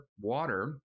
water